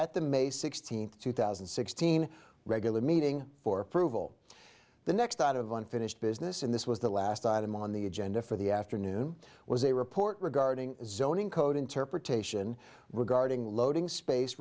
at the may sixteenth two thousand and sixteen regular meeting for approval the next out of unfinished business and this was the last item on the agenda for the afternoon was a report regarding zoning code interpretation regarding loading space